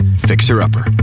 fixer-upper